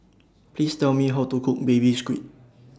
Please Tell Me How to Cook Baby Squid